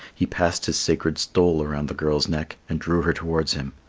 he passed his sacred stole around the girl's neck and drew her towards him,